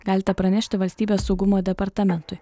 galite pranešti valstybės saugumo departamentui